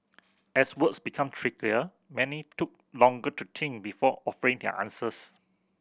as words became trickier many took longer to think before offering their answers